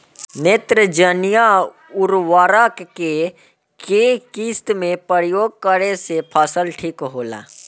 नेत्रजनीय उर्वरक के केय किस्त मे उपयोग करे से फसल ठीक होला?